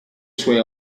sue